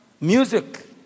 Music